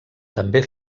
també